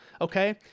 okay